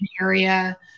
area